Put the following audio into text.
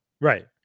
Right